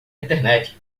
internet